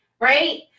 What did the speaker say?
right